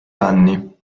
anni